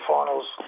Finals